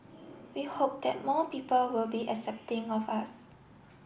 we hope that more people will be accepting of us